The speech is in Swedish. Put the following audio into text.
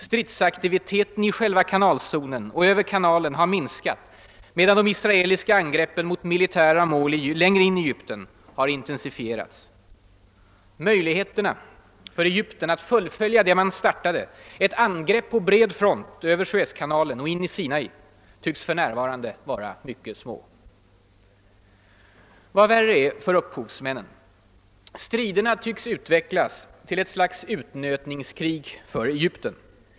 Stridsaktiviteten i själva kanalzonen och över kanalen har minskat medan de israeliska angreppen mot militära mål längre in i Egypten har intensifierats. Möjligheterna för Egypten att fullfölja det man startade — ett angrepp på bred front över Suezkanalen och in i Sinai — tycks för närvarande vara mycket små. Vad värre är för upphovsmännen: striderna tycks utvecklas till ett slags utnötningskrig för Egypten.